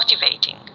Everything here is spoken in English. motivating